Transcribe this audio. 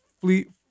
Fleet